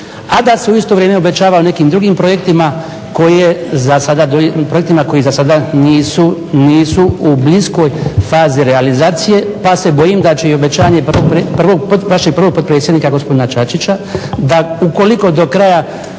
a da se u isto vrijeme obećava o nekim drugim projektima koji zasada nisu u bliskoj fazi realizacije. Pa se bojim da će i obećanje vašeg prvog potpredsjednika gospodina Čačića da ukoliko do kraja